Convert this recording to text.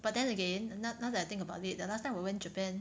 but then again no~ now that I think about it the last time we went Japan